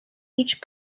each